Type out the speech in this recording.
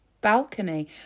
Balcony